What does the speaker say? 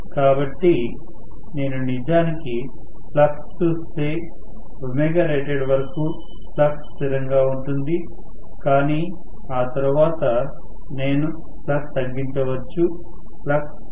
కాబట్టి నేను నిజానికి ఫ్లక్స్ చూస్తే rated వరకు ఫ్లక్స్ స్థిరంగా ఉంటుంది కాని ఆ తరువాత నేను ఫ్లక్స్ తగ్గించవచ్చు ఫ్లక్స్ తగ్గుతుంది